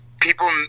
people